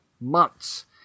Months